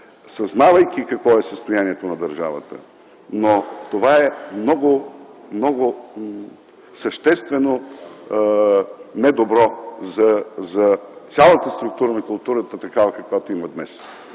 съзнавайки какво е състоянието на държавата, но това е много съществено не добро за цялата структура на културата такава, каквато я има днес.